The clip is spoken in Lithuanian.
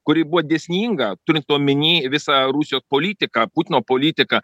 kuri buvo dėsninga turint omenyje visą rusijos politiką putino politiką